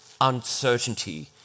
uncertainty